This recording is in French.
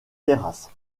terrasses